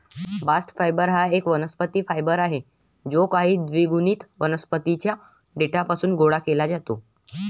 bast fibre हा एक वनस्पती फायबर आहे जो काही द्विगुणित वनस्पतीं च्या देठापासून गोळा केला जातो